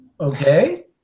Okay